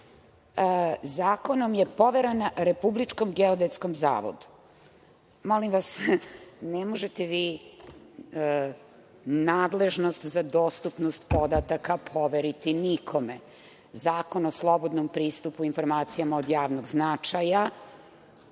zakonom je poverena Republičkom geodetskom zavodu. Molim vas, ne možete vi nadležnost za dostupnost podataka poveriti nikome. Zakon o slobodnom pristupu informacijama od javnog značaja